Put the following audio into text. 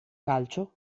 calcio